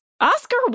Oscar